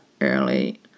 early